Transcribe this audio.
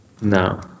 No